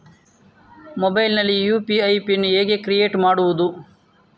Mobile ನಲ್ಲಿ UPI PIN ಹೇಗೆ create ಮಾಡುವುದು?